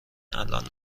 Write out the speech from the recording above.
الان